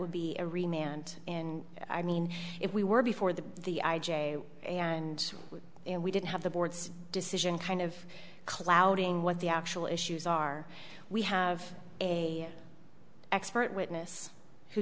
would be a remained in i mean if we were before the the i j a and and we didn't have the board's decision kind of clouding what the actual issues are we have expert witness who